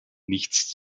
nichts